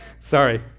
sorry